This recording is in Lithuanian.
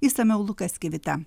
išsamiau lukas kivita